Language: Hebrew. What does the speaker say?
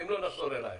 ואם לא נחזור אלייך.